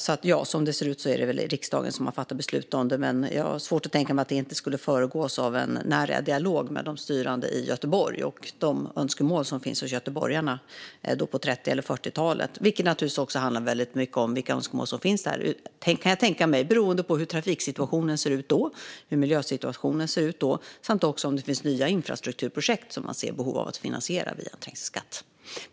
Så ja, som det ser ut är det riksdagen som fattar beslut, men jag har svårt att se att det inte skulle föregås av en nära dialog med de styrande i Göteborg och de önskemål som finns hos göteborgarna på 30 eller 40talet. Det handlar naturligtvis också om vilka önskemål som finns beroende på hur trafik och miljösituationen ser ut då samt också om det finns nya infrastrukturprojekt som det finns behov av att finansiera via trängselskatt.